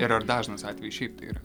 ir ar dažnas atvejis šiaip tai yra